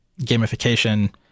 gamification